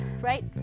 right